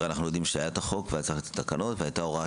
אנחנו יודעים שהיה חוק ותקנות והייתה הוראת